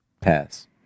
Pass